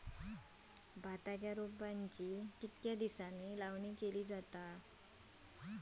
भाताच्या रोपांची कितके दिसांनी लावणी केली जाता?